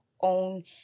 own